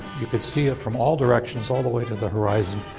you could see it from all directions all the way to the horizon.